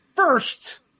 First